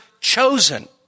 chosen